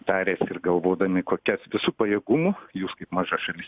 taręsi ir galvodami kokias visu pajėgumu jūs kaip maža šalis